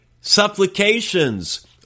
supplications